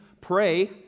Pray